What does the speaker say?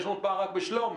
600 פער רק בשלומי.